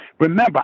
remember